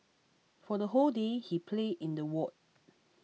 for the whole day he played in the ward